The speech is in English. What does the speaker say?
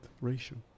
ratio